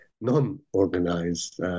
non-organized